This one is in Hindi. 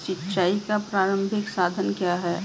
सिंचाई का प्रारंभिक साधन क्या है?